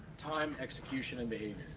time, execution and behavior.